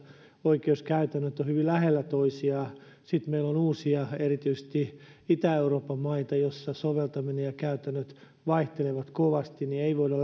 oikeuskäytännöt ovat hyvin lähellä toisiaan ja sitten meillä on uusia erityisesti itä euroopan maita joissa soveltaminen ja käytännöt vaihtelevat kovasti niin ei voida